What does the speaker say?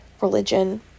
religion